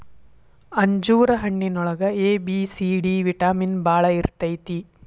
ಅಂಜೂರ ಹಣ್ಣಿನೊಳಗ A, B, C, D vitamin ಬಾಳ ಇರ್ತೈತಿ